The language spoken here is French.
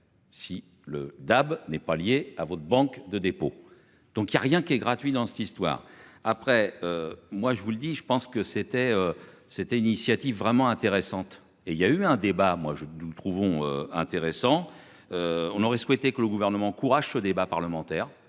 Si le DAB n'est pas liée à votre banque de dépôt. Donc il y a rien qui est gratuit dans cette histoire après. Moi je vous le dis, je pense que c'était c'était initiative vraiment intéressante et il y a eu un débat, moi je. Nous nous trouvons intéressant. On aurait souhaité que le gouvernement encourage ce débat parlementaire